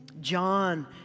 John